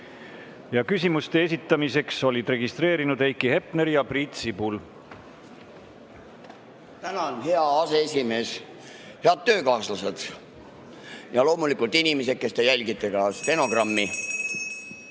Ja küsimuste esitamiseks olid registreerunud Heiki Hepner ja Priit Sibul. Tänan, hea aseesimees! Head töökaaslased! Ja loomulikult inimesed, kes te jälgite ka stenogrammi!